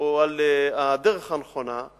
או על הדרך הנכונה,